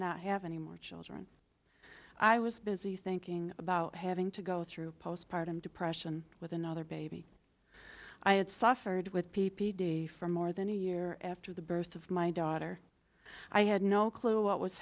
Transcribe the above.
not have any more children i was busy thinking about having to go through postpartum depression with another baby i had suffered with p p d for more than a year after the birth of my daughter i had no clue what w